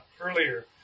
earlier